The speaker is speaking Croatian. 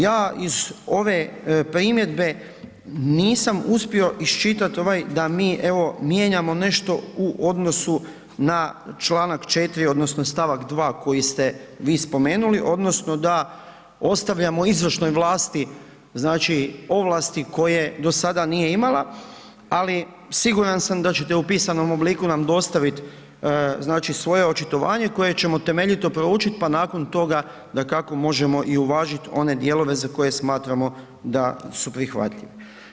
Ja iz ove primjedbe nisam uspio iščitat ovaj da mi evo mijenjamo nešto u odnosu na Članak 4. odnosno stavak 2. koji ste vi spomenuli odnosno da ostavljamo izvršnoj vlasti znači ovlasti koje do sada nije imala, ali siguran sam da ćete u pisanom obliku nam dostavit znači svoje očitovanje koje ćemo temeljito proučit pa nakon toga dakako možemo uvažit i one dijelove za koje smatramo da su prihvatljivi.